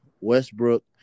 Westbrook